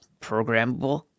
programmable